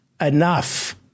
enough